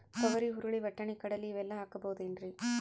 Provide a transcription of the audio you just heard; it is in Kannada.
ತೊಗರಿ, ಹುರಳಿ, ವಟ್ಟಣಿ, ಕಡಲಿ ಇವೆಲ್ಲಾ ಹಾಕಬಹುದೇನ್ರಿ?